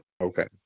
Okay